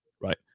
right